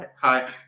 Hi